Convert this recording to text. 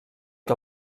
que